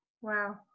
Wow